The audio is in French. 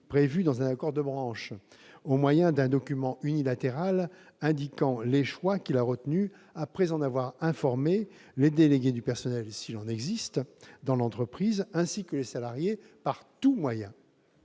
prévu dans un accord de branche, au moyen d'un document unilatéral indiquant les choix qu'il a retenus après en avoir informé les délégués du personnel, s'il en existe dans l'entreprise, ainsi que les salariés, par tous moyens.